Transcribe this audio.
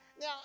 Now